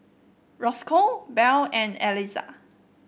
Rosco Buell and Elizah